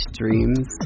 dreams